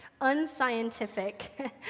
unscientific